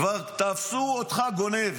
כבר תפסו אותך גונב.